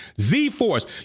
z-force